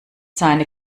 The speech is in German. seine